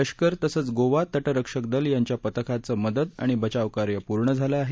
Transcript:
लष्कर तसंच गोवा तटरक्षक दल यांच्या पथकांचं मदत आणि बचावकार्य पूर्ण झालं आहे